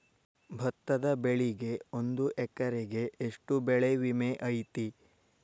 ಭತ್ತದ ಬೆಳಿಗೆ ಒಂದು ಎಕರೆಗೆ ಎಷ್ಟ ಬೆಳೆ ವಿಮೆ ಐತಿ?